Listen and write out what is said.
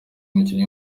umukinnyi